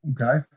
okay